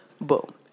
Boom